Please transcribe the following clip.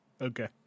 Okay